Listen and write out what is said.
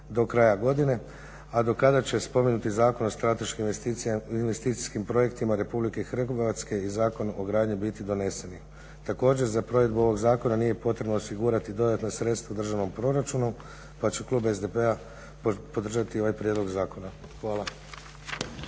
do kraja godine, a do kada će spomenuti Zakon o strateškim investicijskim projektima Republike Hrvatske i Zakon o gradnji biti doneseni. Također za provedbu ovog zakona nije potrebno osigurati dodatna sredstva u državnom proračunu pa će klub SDP-a podržati ovaj prijedlog zakona. Hvala.